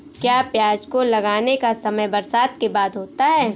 क्या प्याज को लगाने का समय बरसात के बाद होता है?